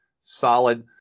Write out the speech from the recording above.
solid